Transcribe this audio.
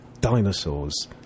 Dinosaurs